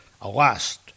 Alas